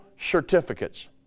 certificates